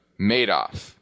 Madoff